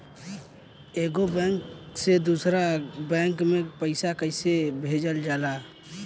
एगो बैक से दूसरा बैक मे पैसा कइसे भेजल जाई?